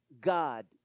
God